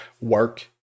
work